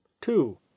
Two